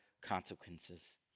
consequences